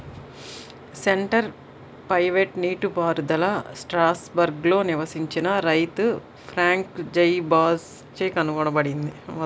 centre pivot నీటిపారుదల స్ట్రాస్బర్గ్లో నివసించిన రైతు ఫ్రాంక్ జైబాచ్ చే కనుగొనబడింది